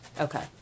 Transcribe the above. Okay